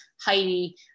Heidi